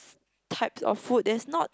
types of food there's not